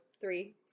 Three